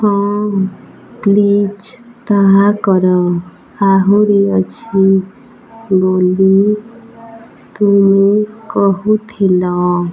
ହଁ ପ୍ଲିଜ୍ ତାହା କର ଆହୁରି ଅଛି ବୋଲି ତୁମେ କହୁଥିଲ